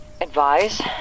Advise